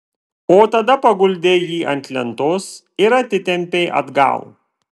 o tada paguldei jį ant lentos ir atitempei atgal